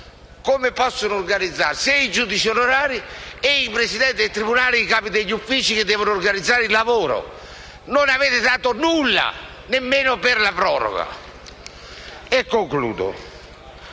Come possono organizzarsi i giudici onorari, i presidenti di tribunale e i capi degli uffici che devono organizzare il lavoro? Non avete dato nulla, nemmeno per la proroga. Concludo